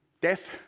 death